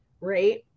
right